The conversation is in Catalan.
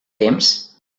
temps